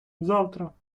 завтра